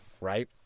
right